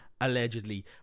allegedly